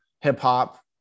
hip-hop